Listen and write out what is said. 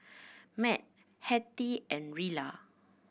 Mat Hattie and Rilla